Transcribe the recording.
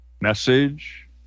message